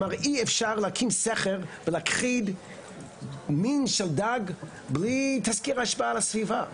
אמר אי אפשר להקים סכר ולהכחיד מין של דג בלי תזכיר השפעה לסביבה.